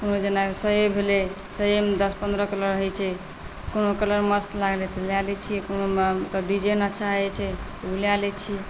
जेना साए भेलै साएमे दस पनरहह कलर होइ छै कोनो कलर मस्त लागलै तऽ लऽ लै छिए कोनो डिजाइन अच्छा रहै छै तऽ ओ लऽ लै छिए